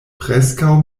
preskaŭ